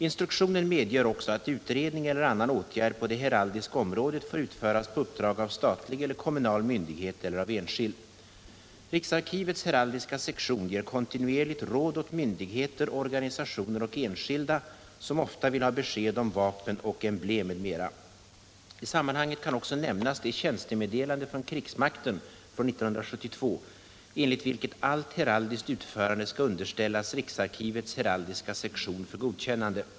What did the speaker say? Instruktionen medger också att utredning eller annan åtgärd på det heraldiska området får utföras på uppdrag av statlig eller kommunal myndighet eller av enskild. Riksarkivets heraldiska sektion ger kontinuerligt råd åt myndigheter, organisationer och enskilda, som ofta vill ha besked om vapen och emblem m.m. I sammanhanget kan också nämnas det tjänstemeddelande från krigsmakten från 1972 , enligt vilket allt heraldiskt utförande skall underställas riksarkivets heraldiska sektion för godkännande.